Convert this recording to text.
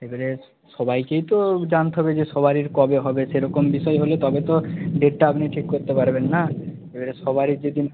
এবারে সবাইকেই তো জানতে হবে যে সবারই কবে হবে সেরকম বিষয় হলে তবে তো ডেটটা আপনি ঠিক করতে পারবেন না এবারে সবাইয়ের যেদিন